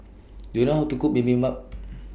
Do YOU know How to Cook Bibimbap